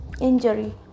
injury